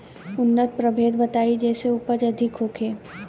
उन्नत प्रभेद बताई जेसे उपज अधिक होखे?